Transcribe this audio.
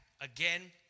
again